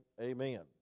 amen